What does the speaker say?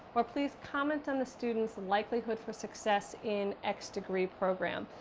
or please comment on the student's and likelihood for success in x degree program.